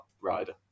rider